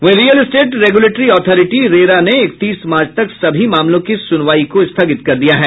वहीं real estate regulatory authority RERA ने इकतीस मार्च तक सभी मामलों की सुनवाई को स्थगित कर दिया है